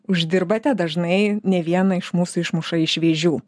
uždirbate dažnai ne vieną iš mūsų išmuša iš vėžių